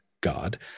God